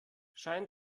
scheint